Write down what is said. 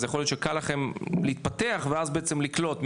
אז יכול להיות שקל לכם להתפתח ואז בעצם לקלוט,